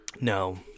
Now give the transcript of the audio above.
No